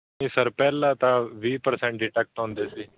ਨਹੀਂ ਸਰ ਪਹਿਲਾਂ ਤਾਂ ਵੀਹ ਪ੍ਰਸੈਂਟ ਡਿਟੈਕਟ ਹੁੰਦੇ ਸੀ